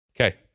Okay